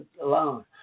alone